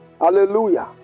Hallelujah